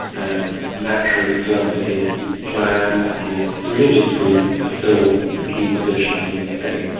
and naturally turned to his clan and his religious group to fill the key positions in the state.